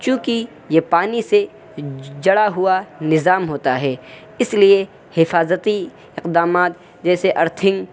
چونکہ یہ پانی سے جڑا ہوا نظام ہوتا ہے اس لیے حفاظتی اقدامات جیسے ارتھنگ